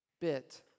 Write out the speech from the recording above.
bit